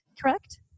correct